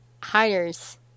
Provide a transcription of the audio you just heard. hires